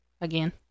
Again